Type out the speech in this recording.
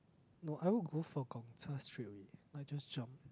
no I would go for Gong-Cha straight away like just jump